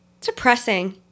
depressing